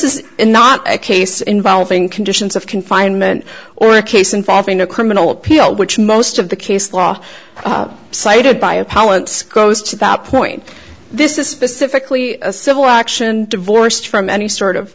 is not a case involving conditions of confinement or a case involving a criminal appeal which most of the case law cited by a pilot's goes to that point this is specifically a civil action divorced from any